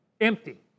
empty